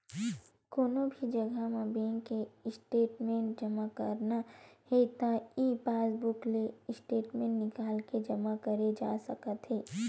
कोनो भी जघा म बेंक के स्टेटमेंट जमा करना हे त ई पासबूक ले स्टेटमेंट निकाल के जमा करे जा सकत हे